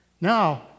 Now